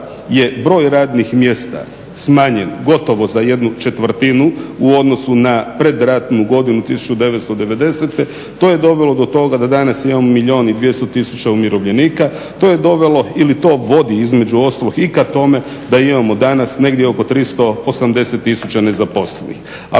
je broj radnih mjesta smanjen gotovo za jednu četvrtinu u odnosu na predratnu godinu 1990., to je dovelo do toga da danas imamo milijun i 200 tisuća umirovljenika, to je dovelo ili to vodi između ostalog i ka tome da imamo danas negdje oko 380 tisuća nezaposlenih.